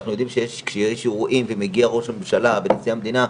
אנחנו יודעים שכשיש אירועים ומגיע ראש הממשלה ונשיא המדינה,